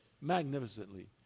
Magnificently